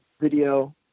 video